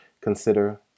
consider